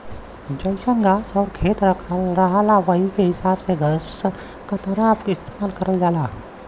जइसन घास आउर खेत रहला वही के हिसाब से घसकतरा इस्तेमाल करल जाला